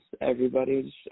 everybody's